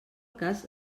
cas